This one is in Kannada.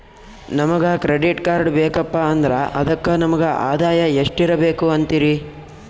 ನಮಗ ಕ್ರೆಡಿಟ್ ಕಾರ್ಡ್ ಬೇಕಪ್ಪ ಅಂದ್ರ ಅದಕ್ಕ ನಮಗ ಆದಾಯ ಎಷ್ಟಿರಬಕು ಅಂತೀರಿ?